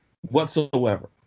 whatsoever